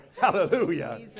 Hallelujah